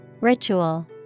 Ritual